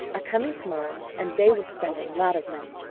are coming to-morrow and they will spend a lot of money.